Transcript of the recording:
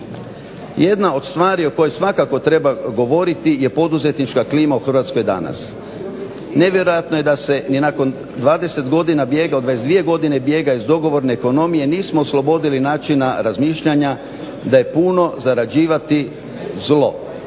Jedna od stvari o kojoj svakako treba govoriti je poduzetnička klima u Hrvatskoj danas. Ne vjerojatno je da se ni nakon 20 godina bijega od 22 godine bijega iz dogovorne ekonomije nismo oslobodili načina razmišljanja da je puno zarađivati zlo.